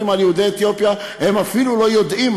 על יהודי אתיופיה אפילו לא יודעים,